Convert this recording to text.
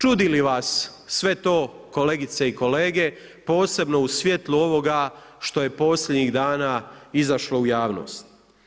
Čudi li vas sve to kolegice i kolege, posebno u svijetlu ovoga što je posljednjih dana izašlo u javnost.